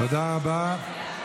תודה רבה.